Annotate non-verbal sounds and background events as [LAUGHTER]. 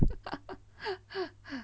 [LAUGHS]